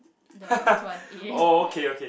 the H one A